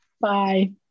Bye